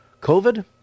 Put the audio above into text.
covid